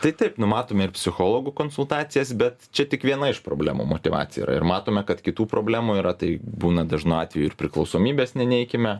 tai taip numatome ir psichologų konsultacijas bet čia tik viena iš problemų motyvacija yra ir matome kad kitų problemų yra tai būna dažnu atveju ir priklausomybės neneikime